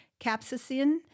capsaicin